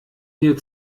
wir